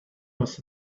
was